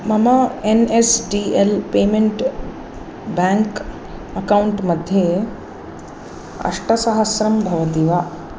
मम N S D L payment bank account मध्ये अष्टसहस्रं भवति वा